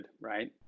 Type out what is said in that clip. right